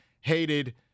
hated